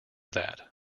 that